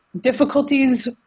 difficulties